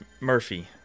Murphy